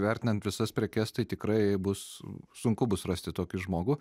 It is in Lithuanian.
vertinant visas prekes tai tikrai bus sunku bus rasti tokį žmogų